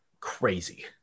crazy